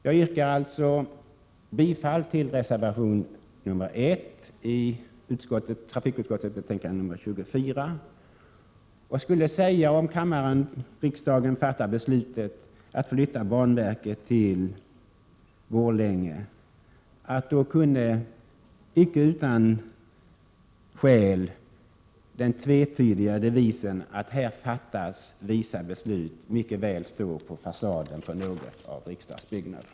Jag yrkar alltså bifall till reservation 1 vid trafikutskottets betänkande 24 och skulle säga, om riksdagen fattar beslutet att flytta banverket till Borlänge, att då kunde icke utan skäl den tvetydiga devisen ”Här fattas visa beslut” mycket väl stå på fasaden till någon av riksdagens byggnader.